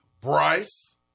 Bryce